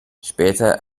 später